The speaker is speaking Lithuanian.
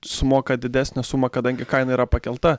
sumoka didesnę sumą kadangi kaina yra pakelta